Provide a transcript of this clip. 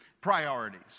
priorities